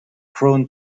prone